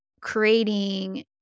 creating